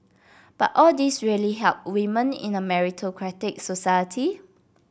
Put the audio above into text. but all this really help women in a meritocratic society